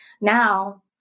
Now